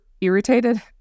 irritated